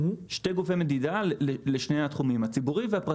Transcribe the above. שתי גופי מדידה לשני התחומים הציבורי והפרטי.